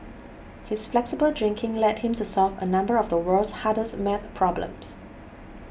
his flexible drinking led him to solve a number of the world's hardest math problems